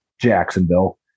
Jacksonville